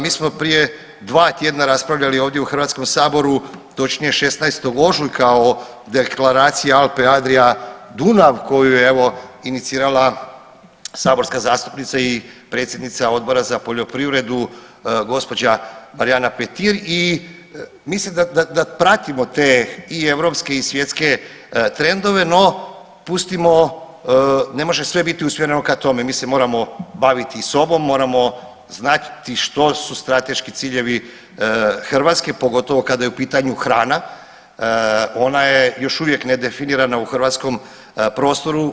Mi smo prije dva tjedna raspravljali ovdje u HS, točnije 16. ožujka o Deklaraciji Alpe-Adria-Dunav koju je evo inicirala saborska zastupnica i predsjednica Odbora za poljoprivredu gđa. Marijana Petir i mislim da pratimo te i europske i svjetske trendove, no pustimo, ne može sve biti usmjereno ka tome, mi se moramo baviti i sobom, moramo znati što su strateški ciljevi Hrvatske, pogotovo kada je u pitanju hrana, ona je još uvijek nedefinirana u hrvatskom prostoru.